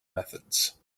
methods